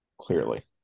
Clearly